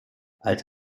als